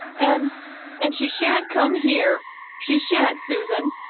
and and she shan't come here she shan't, susan,